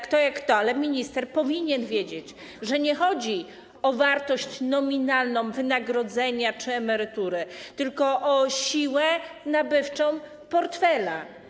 Kto jak kto, ale minister powinien wiedzieć, że nie chodzi o wartość nominalną wynagrodzenia czy emerytury, tylko o siłę nabywczą portfela.